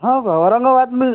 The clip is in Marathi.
हो हो औरंगाबाद मी